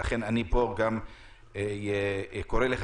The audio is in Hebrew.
לכן אני קורא לך,